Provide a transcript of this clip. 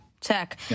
tech